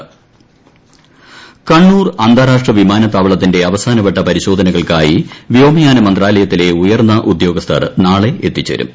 ടടടടടട കണ്ണൂർ വിമാനത്താവളം പരിശോധന കണ്ണൂർ അന്താരാഷ്ട്ര വിമാനത്താവളത്തിന്റെ അവസാനവട്ട പരിശോധനകൾക്കായി വ്യോമയാന മന്ത്രാലയത്തിലെ ഉയർന്ന ഉദ്യോഗസ്ഥർ നാളെ എത്തിച്ചേരും